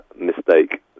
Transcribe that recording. mistake